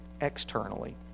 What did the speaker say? externally